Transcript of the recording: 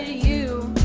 ah you